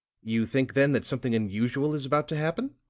you think, then, that something unusual is about to happen?